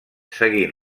seguint